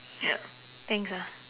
thanks ah